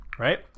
Right